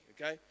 okay